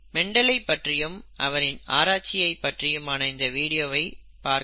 மெண்டலை பற்றியும் அவரின் ஆராய்ச்சியை பற்றியுமான இந்த வீடியோவை பார்க்கவும்